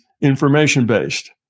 information-based